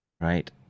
right